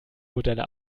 modelle